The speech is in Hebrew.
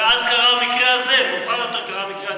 ואז קרה המקרה הזה, ומאוחר יותר קרה המקרה הזה.